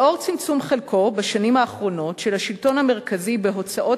לאור צמצום חלקו של השלטון המרכזי בהוצאות